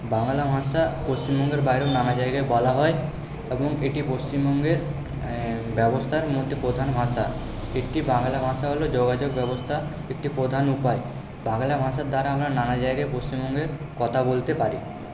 বাংলা ভাষা পশ্চিমবঙ্গের বাইরেও নানা জায়গায় বলা হয় এবং এটি পশ্চিমবঙ্গের ব্যবস্থার মধ্যে প্রধান ভাষা এটি বাংলা ভাষা হল যোগাযোগ ব্যবস্থা একটি প্রধান উপায় বাংলা ভাষার দ্বারা আমরা নানা জায়গায় পশ্চিমবঙ্গের কথা বলতে পারি